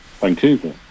Vancouver